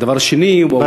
הדבר השני הוא העובדה,